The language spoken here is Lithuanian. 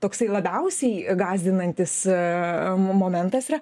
toksai labiausiai gąsdinantis a momentas yra